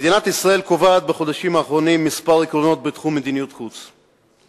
מדינת ישראל קובעת בחודשים האחרונים מספר עקרונות בתחום מדיניות החוץ: